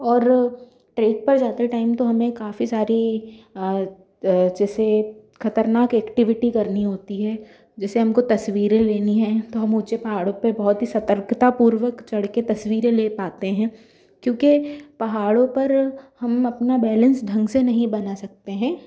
और ट्रिप पर जाते टाइम तो हमें काफ़ी सारी जैसे ख़तरनाक एक्टिविटी करनी होती है जैसे हम को तस्वीरें लेनी है तो हम ऊँचे पहाड़ों पर बहुत ही सतर्कतापूर्वक चढ़ के तस्वीरें ले पाते हैं क्योंकि पहाड़ों पर हम अपना बैलेंस ढंग से नहीं बना सकते हैं